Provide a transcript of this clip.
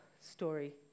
story